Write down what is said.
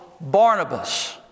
Barnabas